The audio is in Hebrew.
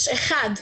יש אחד.